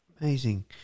Amazing